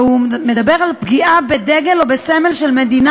שמדבר על פגיעה בדגל או בסמל של מדינה